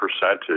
percentage